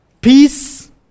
peace